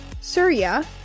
Surya